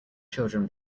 children